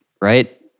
right